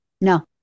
No